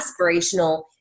aspirational